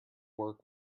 work